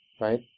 right